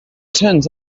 turns